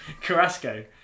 Carrasco